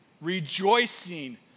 rejoicing